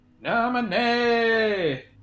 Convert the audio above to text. Nominee